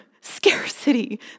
scarcity